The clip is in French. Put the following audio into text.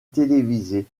télévisée